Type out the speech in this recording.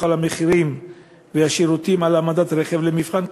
על מחירים ושירותים על העמדת רכב למבחן,